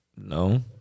No